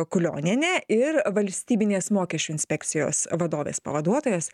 kulionienė ir valstybinės mokesčių inspekcijos vadovės pavaduotojas